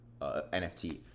NFT